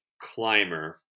climber